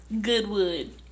Goodwood